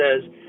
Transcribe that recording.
says